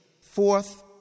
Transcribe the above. Fourth